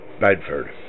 Bedford